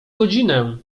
godzinę